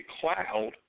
cloud